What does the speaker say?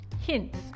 Hints